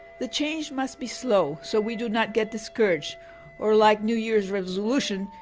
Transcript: the change must be slow, so we do not get discouraged or like new year's resolution,